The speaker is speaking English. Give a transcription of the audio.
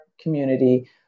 community